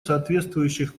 соответствующих